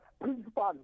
principal